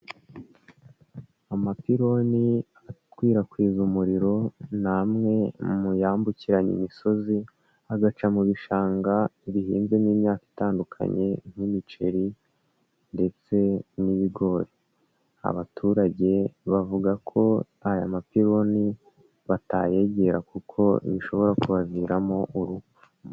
Amapironi akwirakwiza umuriro n'amwe mu yambukiranya imisozi, agaca mu bishanga bihinze mo imyaka itandukanye nk'imiceri ndetse abaturage bavuga ko aya mapiloni batayegera kuko bishobora kubaviramo urupfu.